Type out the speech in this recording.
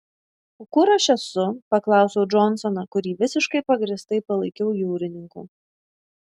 o kur aš esu paklausiau džonsoną kurį visiškai pagrįstai palaikiau jūrininku